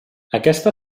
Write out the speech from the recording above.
aquesta